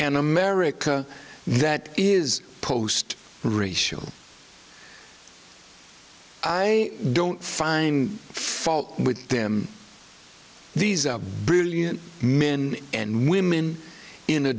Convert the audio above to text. an america that is post racial i don't find fault with them these are brilliant men and women in a